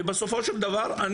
בסופו של דבר,